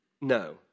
No